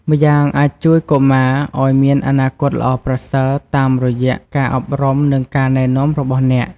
ម្យ៉ាងអាចជួយកុមារឱ្យមានអនាគតល្អប្រសើរ តាមរយៈការអប់រំ និងការណែនាំរបស់អ្នក ។